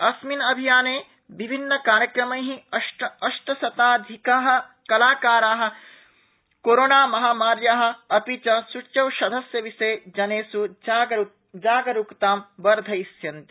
अस्मिन् अभियाने विभिन्नकार्यक्रमै अष्टशताधिका कलाकारा कोरोनामहामार्या अपि च सूच्यौषधस्य विषये जनेष् जागरुकतां वर्धयिष्यम्ति